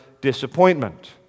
disappointment